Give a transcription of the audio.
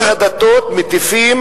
כל הדתות מטיפות